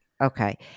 Okay